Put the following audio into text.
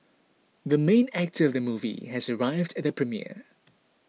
the main actor of the movie has arrived at the premiere